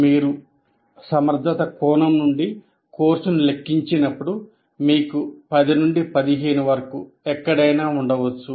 మీరు సమర్థత కోణం నుండి కోర్సును లెక్కించినప్పుడు మీకు 10 నుండి 15 వరకు ఎక్కడైనా ఉండవచ్చు